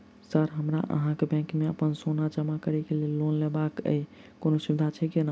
Sir हमरा अहाँक bank मे अप्पन सोना जमा करि केँ लोन लेबाक अई कोनो सुविधा छैय कोनो?